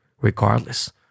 regardless